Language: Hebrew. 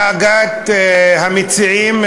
דאגת המציעים,